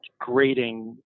grading